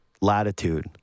latitude